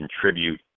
contribute